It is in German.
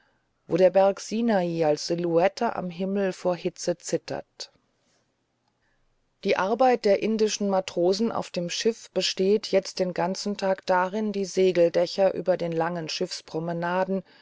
wo der berg sinai als silhouette am himmel vor hitze zittert die arbeit der indischen matrosen auf dem schiff besteht jetzt den ganzen tag darin die segeldächer über den langen